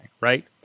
Right